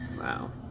Wow